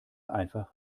einfach